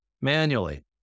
manually